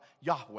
Yahweh